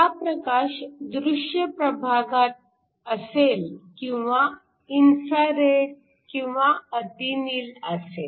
हा प्रकाश दृश्य प्रभागात असेल किंवा इन्फ्रारेड किंवा अतिनील असेल